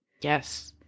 Yes